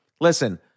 listen